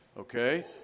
Okay